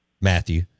Matthew